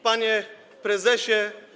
Panie Prezesie!